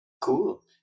Cool